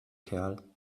kerl